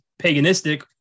paganistic